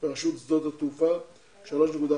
ברשות שדות התעופה 3.54%,